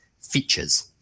features